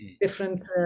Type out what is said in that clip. different